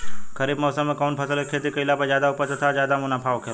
खरीफ़ मौसम में कउन फसल के खेती कइला पर ज्यादा उपज तथा ज्यादा मुनाफा होखेला?